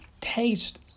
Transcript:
taste